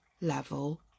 level